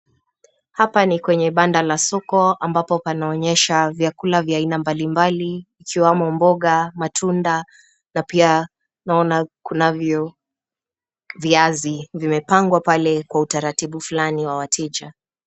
Hapa ni kwenye banda la soko ambapo panaonyesha vyakula vya aina mbalimbali ikiwemo mboga, matunda na pia naona kunavyo viazi vimepangwa pale kwa utaratibu fulani wa wateja.